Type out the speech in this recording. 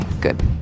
good